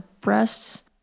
breasts